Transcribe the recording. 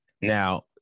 Now